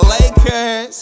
Lakers